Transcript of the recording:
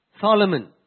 Solomon